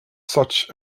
such